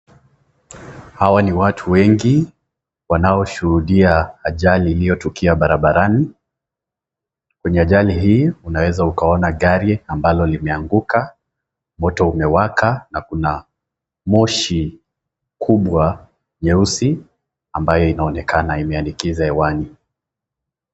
Hawa ni watu wengi, wanaoshuhudia ajali iliyotokea barabarani. Kwenye ajali hii, unaweza ukaona gari ambalo limeanguka. Moto umewaka na kuna moshi kubwa nyeusi, ambayo onaonekana imeanikiza hewani.